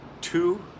two